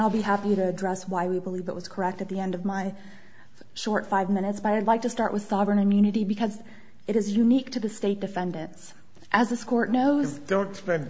i'll be happy to address why we believe that was correct at the end of my short five minutes by i'd like to start with sovereign immunity because it is unique to the state defendants as this court knows don't read